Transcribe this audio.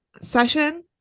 session